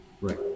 Right